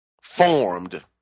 formed